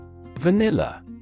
Vanilla